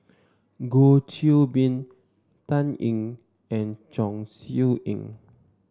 Goh Qiu Bin Dan Ying and Chong Siew Ying